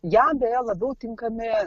jam beje labiau tinkami